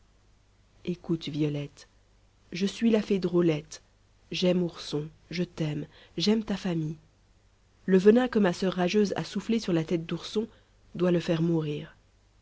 écoute violette je suis la fée drôlette j'aime ourson je t'aime j'aime ta famille le venin que ma soeur rageuse a soufflé sur la tête d'ourson doit le faire mourir